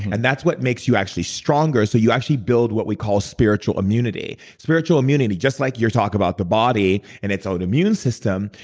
and that's what makes you actually stronger, so you actually build what we call spiritual immunity. spiritual immunity, just like you talk about the body and its autoimmune system,